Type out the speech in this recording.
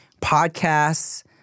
podcasts